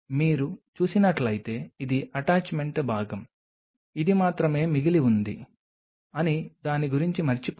మీరు చూసినట్లయితే ఇది అటాచ్మెంట్ భాగం ఇది మాత్రమే మిగిలి ఉంది అనే దాని గురించి మరచిపోండి